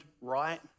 right